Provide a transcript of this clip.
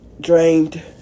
drained